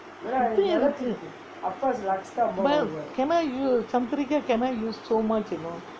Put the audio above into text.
இப்பவும் இருக்கு:ippavum irukku but cannot use Chandrika cannot use so much you know